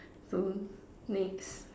so next